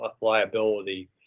liability